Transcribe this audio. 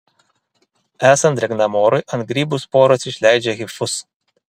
esant drėgnam orui ant grybų sporos išleidžia hifus